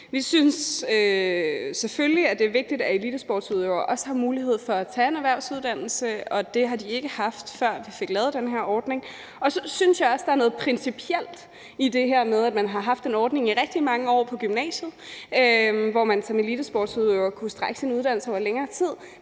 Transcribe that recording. Vi synes selvfølgelig, at det er vigtigt, at elitesportsudøvere også har mulighed for at tage en erhvervsuddannelse, og det har de ikke haft, før vi fik lavet den her ordning. Og så synes jeg også, der er noget principielt i det her med, at man i rigtig mange år har haft en ordning på gymnasiet, hvor man som elitesportsudøver kunne strække sin uddannelse over længere tid,